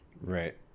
Right